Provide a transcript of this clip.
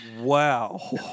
Wow